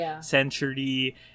century